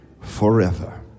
forever